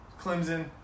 Clemson